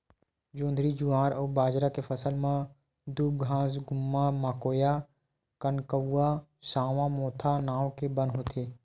जोंधरी, जुवार अउ बाजरा के फसल म दूबघास, गुम्मा, मकोया, कनकउवा, सावां, मोथा नांव के बन होथे